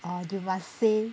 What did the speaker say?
oh you must say